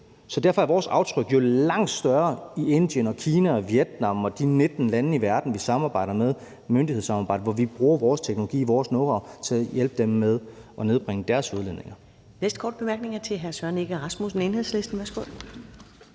Derfor er vores aftryk jo langt større i Indien, Kina, Vietnam og i de 19 lande i verden, vi samarbejder med i et myndighedssamarbejde, hvor vi bruger vores teknologi, vores knowhow til at hjælpe dem med at nedbringe deres udledninger.